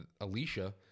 Alicia